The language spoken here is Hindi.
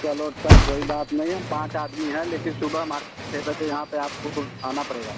चलो सर कोई बात नहीं हम पाँच आदमी हैं लेकिन सुबह हमारे छः बजे यहाँ आपको आना पड़ेगा